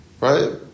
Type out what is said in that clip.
Right